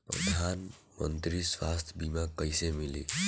प्रधानमंत्री स्वास्थ्य बीमा कइसे मिली?